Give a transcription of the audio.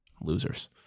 Losers